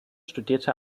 studierte